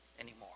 anymore